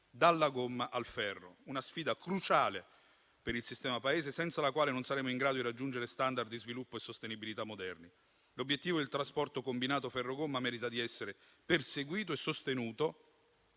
dalla gomma al ferro: una sfida cruciale per il sistema Paese, senza la quale non saremo in grado di raggiungere *standard* di sviluppo e sostenibilità moderni. L'obiettivo del trasporto combinato ferro-gomma merita di essere perseguito e sostenuto,